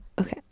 okay